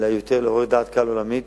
אלא יותר כדי לעורר דעת קהל עולמית